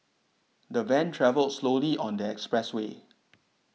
the van travelled slowly on the expressway